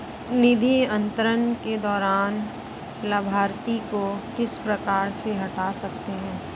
निधि अंतरण के दौरान लाभार्थी को किस प्रकार से हटा सकते हैं?